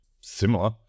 similar